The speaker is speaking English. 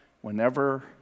whenever